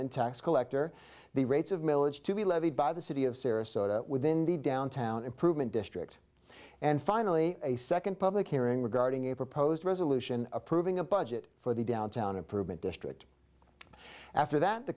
and tax collector the rates of milage to be levied by the city of sarasota within the downtown improvement district and finally a second public hearing regarding a proposed resolution approving a budget for the downtown improvement district after that the